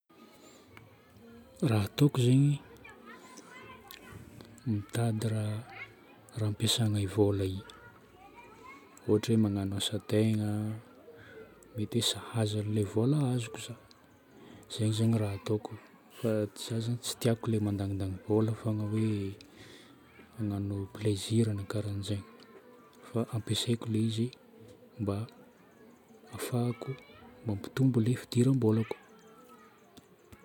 Raha atôko zaigny mitady raha ampiasaigna vola igny. Ôhatra hoe magnano asategna mety hoe sahaza an'ilay vola azoko za. Zay zagny raha ataoko fa tsy, za zagny tsy tiako ilay mandandany vôla fôgna hoe hagnano plaisir na karan'izagny fa ampiasaiko ilay izy mba hahafahako mampitombo ilay fidiram-bolako.